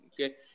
Okay